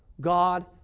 God